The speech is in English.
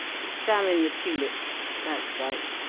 examine the tulips. that's right.